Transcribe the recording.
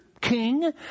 king